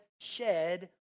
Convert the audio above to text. shed